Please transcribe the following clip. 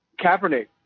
Kaepernick